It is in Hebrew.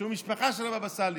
שהוא מהמשפחה של הבבא סאלי.